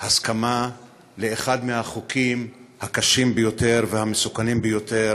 הסכמה לאחד מהחוקים הקשים ביותר והמסוכנים ביותר